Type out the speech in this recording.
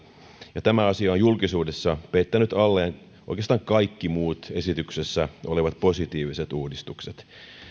ja tämä asia on julkisuudessa peittänyt alleen oikeastaan kaikki muut esityksessä olevat positiiviset uudistukset